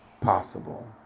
possible